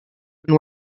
been